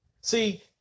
See